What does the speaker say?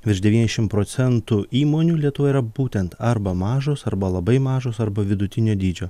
virš devyniasdešim procentų įmonių lietuvoje yra būtent arba mažos arba labai mažos arba vidutinio dydžio